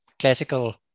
classical